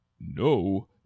no